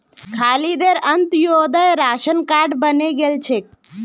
खालिदेर Antyodaya ration card बने गेल छेक